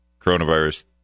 coronavirus